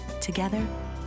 Together